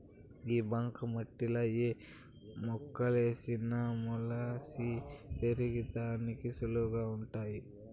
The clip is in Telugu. ఈ బంక మట్టిలా ఏ మొక్కేసిన మొలిసి పెరిగేదానికి సులువుగా వుంటాది